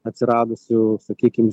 atsiradusių sakykim